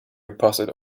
opposite